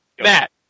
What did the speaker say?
Matt